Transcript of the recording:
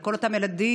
על כל אותם ילדים,